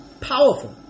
powerful